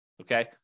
Okay